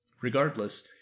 Regardless